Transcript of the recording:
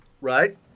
Right